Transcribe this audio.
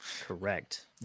Correct